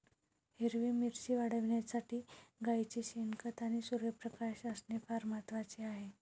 हिरवी मिरची वाढविण्यासाठी गाईचे शेण, खत आणि सूर्यप्रकाश असणे फार महत्वाचे आहे